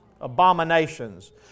Abominations